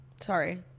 Sorry